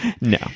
No